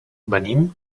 venim